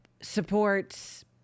supports